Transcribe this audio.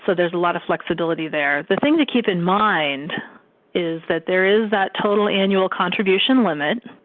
so, there is a lot of flexibility there. the thing to keep in mind is that there is that total annual contribution limit.